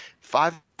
five